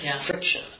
friction